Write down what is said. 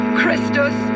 Christus